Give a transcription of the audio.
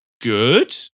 good